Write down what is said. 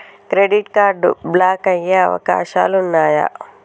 Credit card block అయ్యే అవకాశాలు ఉన్నయా?